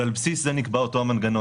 ועל בסיס זה נקבע אותו מנגנון.